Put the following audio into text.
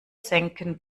senken